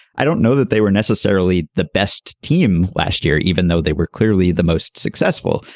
i don't know that they were necessarily the best team last year even though they were clearly the most successful.